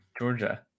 Georgia